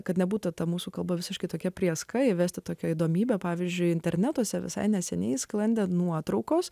kad nebūtų ta mūsų kalba visiškai tokia prėska įvesti tokią įdomybę pavyzdžiui internetuose visai neseniai sklandė nuotraukos